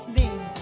name